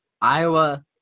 Iowa –